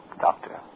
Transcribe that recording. Doctor